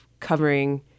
covering